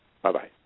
Bye-bye